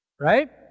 right